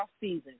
season